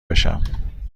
بشم